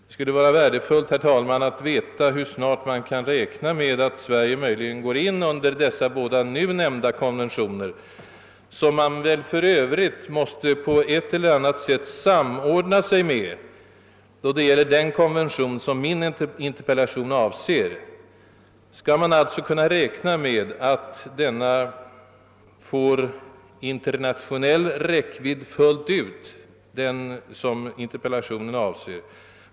Det skulle vara värdefullt, herr talman, att veta hur snart man kan räkna med att Sverige möjligen går in under dessa båda konventioner, som väl på ett eller annat sätt måste samordnas med den konvention som min interpellation avser. Kan vi alltså räkna med att den sistnämnda konventionen får full internationell räckvidd?